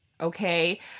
okay